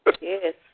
Yes